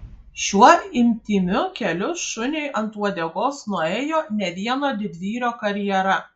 šiuo intymiu keliu šuniui ant uodegos nuėjo ne vieno didvyrio karjera